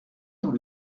dans